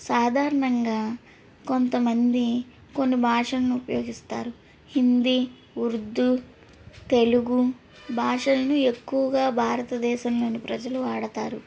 సాధారణంగా కొంతమంది కొన్ని భాషలను ఉపయోగిస్తారు హిందీ ఉర్దూ తెలుగు భాషలను ఎక్కువగా భారతదేశంలోని ప్రజలు వాడతారు